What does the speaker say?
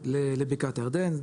לבקעת הירדן,